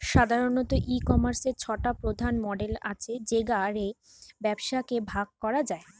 সাধারণত, ই কমার্সের ছটা প্রধান মডেল আছে যেগা রে ব্যবসাকে ভাগ করা যায়